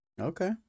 Okay